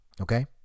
okay